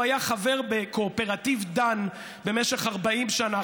הוא היה חבר בקואופרטיב דן במשך 40 שנה.